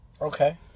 Okay